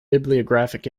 bibliographic